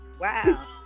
Wow